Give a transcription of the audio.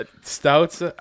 Stouts